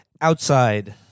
outside